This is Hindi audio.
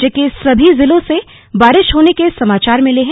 राज्य के सभी जिलों से बारिश होने के समाचार मिले हैं